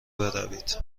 بروید